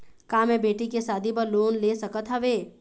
का मैं बेटी के शादी बर लोन ले सकत हावे?